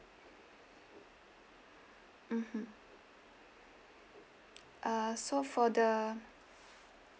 mmhmm uh so for the